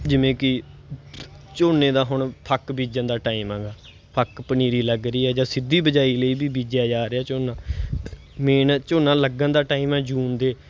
ਜਿਵੇਂ ਕਿ ਝੋਨੇ ਦਾ ਹੁਣ ਫੱਕ ਬੀਜਣ ਦਾ ਟਾਈਮ ਹੈਗਾ ਫੱਕ ਪਨੀਰੀ ਲੱਗ ਰਹੀ ਹੈ ਜਾਂ ਸਿੱਧੀ ਬਿਜਾਈ ਲਈ ਵੀ ਬੀਜਿਆ ਜਾ ਰਿਹਾ ਝੋਨਾ ਮੇਨ ਝੋਨਾ ਲੱਗਣ ਦਾ ਟਾਈਮ ਹੈ ਜੂਨ ਦੇ